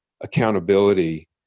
accountability